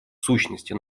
сущности